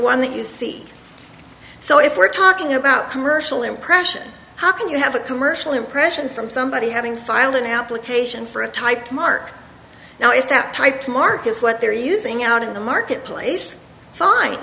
one that you see so if we're talking about commercial impression how can you have a commercial impression from somebody having file an application for a typed mark now if that type mark is what they're using out in the marketplace fin